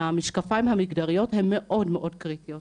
המשקפיים המגדריות הן מאוד קריטיות.